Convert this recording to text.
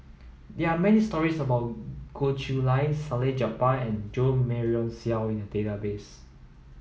there are stories about Goh Chiew Lye Salleh Japar and Jo Marion Seow in the database